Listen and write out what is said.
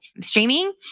streaming